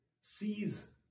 sees